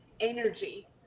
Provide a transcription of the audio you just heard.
energy